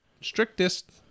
strictest